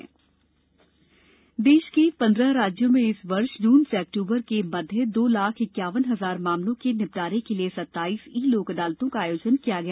लोक अदालत देश के पन्द्रह राज्यों में इस वर्ष जून से अक्तूबर के मध्य दो लाख इक्यावन हजार मामलों के निपटारे के लिए सत्ताईस ई लोक अदालतों का आयोजन किया गया